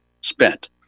spent